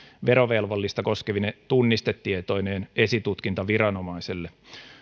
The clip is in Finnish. verovelvollista koskevine tunnistetietoineen esitutkintaviranomaiselle